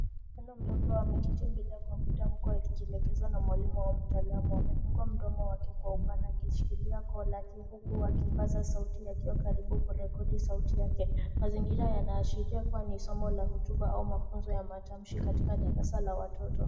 Msichana mdogo ameketi mbele ya kompyuta huku akielekezwa na mwalimu au mtaalamu. Amefungua mdomo wake kwa upana akishikilia koo lake huku akipaza sauti akiwa karibu kurekodi sauti yake. Mazingira yanaashiria kuwa ni somo la hotuba au mafunzo ya matamshi katika darasa la watoto.